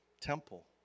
temple